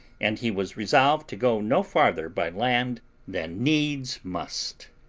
and he was resolved to go no farther by land than needs must.